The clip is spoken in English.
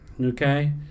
okay